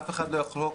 אף אחד לא יחלוק,